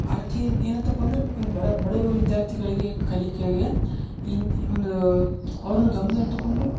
ಆ ರಿತೀನ ಏನಂತಪ್ಪಾ ಅಂದ್ರ ಒನ್ ಬಡ ಬಡವ್ರು ವಿದ್ಯಾರ್ತೀಗಳಿಗೆ ಕಲಿಕೆಗೆ ಇನ್ನ ಒಂದು ಅವ್ರ್ನ ಗಮ್ನದಲ್ಲಿ ಇಟ್ಟುಕೊಂಡು